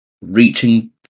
reaching